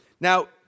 Now